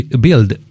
Build